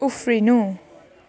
उफ्रिनु